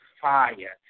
fire